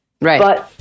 right